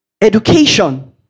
Education